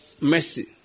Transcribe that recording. Mercy